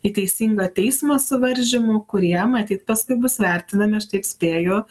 į teisingą teismą suvaržymų kurie matyt paskui bus vertinami aš taip spėju